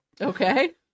Okay